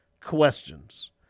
questions